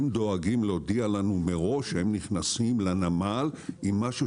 הם דואגים להודיע לנו מראש שהם נכנסים לנמל עם משהו